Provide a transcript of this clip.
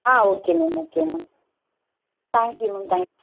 ah okay ma'am okay ma'am thank you ma'am thanks